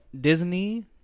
Disney